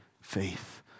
faith